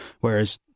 whereas